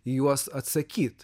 į juos atsakyt